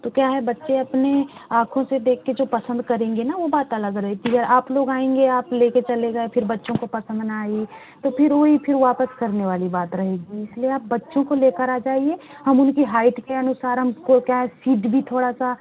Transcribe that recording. तो क्या है बच्चे अपने आँखों से देख कर जो पसंद करेंगे ना वो बात अलग रहती है आप लोग आएंगे आप लेके चले गए फिर बच्चों को पसंद ना आई तो फिर वही वापस करने वाली बात रहेगी इस लिए आप बच्चों को ले कर आ जाइए हम उनकी हाइट के अनुसार हम को क्या है सीट भी थोड़ा सा